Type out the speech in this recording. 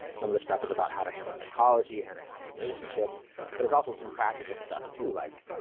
some of the stuff is about how to handle psychology, how to handle relationships but is also some practical stuff too like